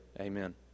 amen